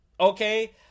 okay